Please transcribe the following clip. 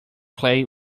clay